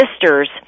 sisters